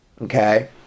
okay